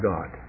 God